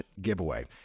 giveaway